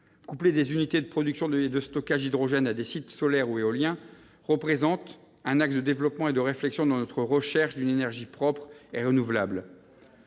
Coupler des unités de production et de stockage d'hydrogène à des sites solaires ou éoliens représente un axe de développement et de réflexion dans notre recherche d'une énergie propre et renouvelable,